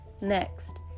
Next